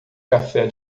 café